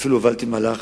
ואפילו הובלתי מהלך